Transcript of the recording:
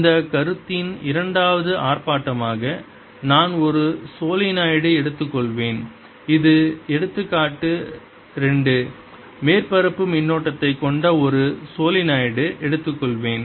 இந்த கருத்தின் இரண்டாவது ஆர்ப்பாட்டமாக நான் ஒரு சோலெனாய்டு எடுத்துக்கொள்வேன் இது எடுத்துக்காட்டு 2 மேற்பரப்பு மின்னோட்டத்தைக் கொண்ட ஒரு சோலெனாய்டு எடுத்துக்கொள்வேன்